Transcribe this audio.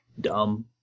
dumb